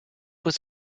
was